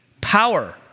power